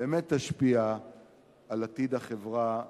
באמת תשפיע על עתיד החברה הישראלית.